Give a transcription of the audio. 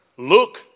Look